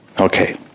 Okay